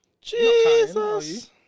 Jesus